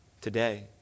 today